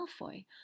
Malfoy